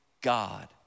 God